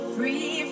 Free